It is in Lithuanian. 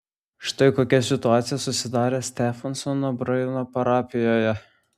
štai kokia situacija susidarė stefensono braino parapijoje